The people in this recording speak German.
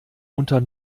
unter